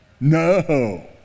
No